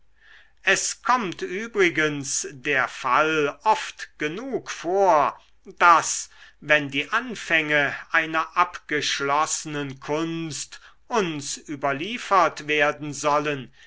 es kommt übrigens der fall oft genug vor daß wenn die anfänge einer abgeschlossenen kunst uns überliefert werden sollen